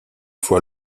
faut